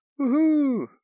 Woohoo